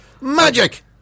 Magic